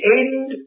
end